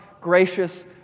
gracious